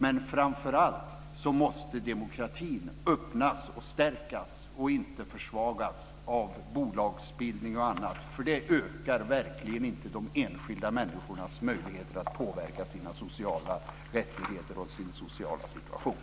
Men framför allt måste demokratin öppnas och stärkas och inte försvagas av bolagsbildning och annat, för det ökar verkligen inte de enskilda människornas möjligheter att påverka sina sociala rättigheter och sin sociala situation.